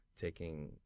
taking